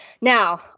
now